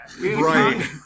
Right